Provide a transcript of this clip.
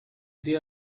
they